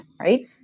right